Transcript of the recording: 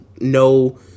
no